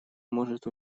может